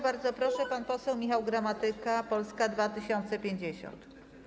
Bardzo proszę, pan poseł Michał Gramatyka, Polska 2050.